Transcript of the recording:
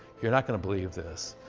you're not going to believe this,